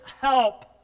help